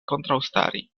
kontraŭstari